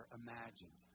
imagined